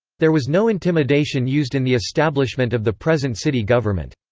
there was no intimidation used in the establishment of the present city government.